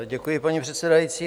Děkuji, paní předsedající.